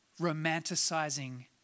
romanticizing